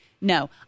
No